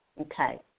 Okay